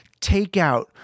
takeout